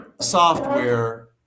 software